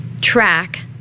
track